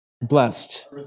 blessed